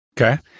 Okay